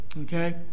Okay